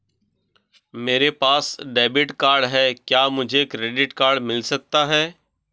मेरे पास debit card है क्या मुझे क्रेडिट कार्ड भी मिल सकता है?